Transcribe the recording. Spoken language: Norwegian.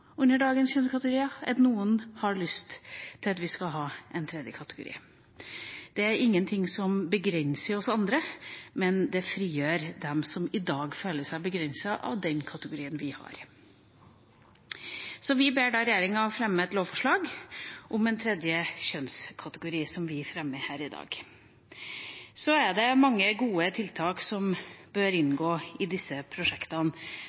under dagens kjønnskategorier, at noen har lyst til at vi skal ha en tredje kategori. Det er ingenting i det som begrenser oss andre, men det frigjør dem som i dag føler seg begrenset av de kategoriene vi har. Så vi ber da regjeringa fremme et lovforslag om en tredje kjønnskategori, og tar opp forslag om det her i dag. Så er det mange gode tiltak som bør inngå i disse prosjektene,